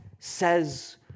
says